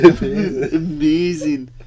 Amazing